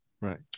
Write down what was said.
right